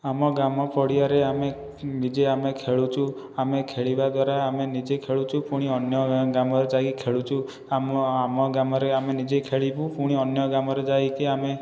ଆମ ଗ୍ରାମ ପଡ଼ିଆରେ ଆମେ ନିଜେ ଆମେ ଖେଳୁଛୁ ଆମେ ଖେଳିବା ଦ୍ୱାରା ଆମେ ନିଜେ ଖେଳୁଛୁ ପୁଣି ଅନ୍ୟ ଗ୍ରାମରେ ଯାଇ ଖେଳୁଛୁ ଆମ ଆମ ଗ୍ରାମରେ ଆମେ ନିଜେ ଖେଳିବୁ ପୁଣି ଅନ୍ୟ ଗ୍ରାମରେ ଯାଇକି ଆମେ